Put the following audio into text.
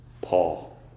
Paul